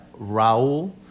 Raul